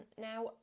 now